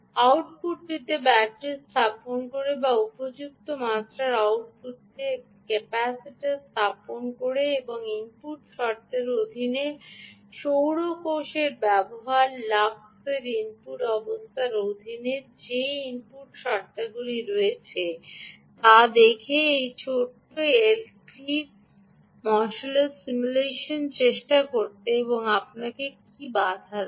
আউটপুটটিতে battery স্থাপন করে বা উপযুক্ত মাত্রার আউটপুটটিতে একটি ক্যাপাসিটার স্থাপন করে এবং ইনপুট শর্তের অধীনে সৌর কোষ ব্যবহারের লাক্স ইনপুট অবস্থার অধীনে যে ইনপুট শর্তাবলী রয়েছে তা দেখে এই ছোট্ট এলটি মশালির সিমুলেশন চেষ্টা করতে এখন আপনাকে কী বাধা দেয়